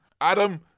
adam